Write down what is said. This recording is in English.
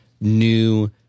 new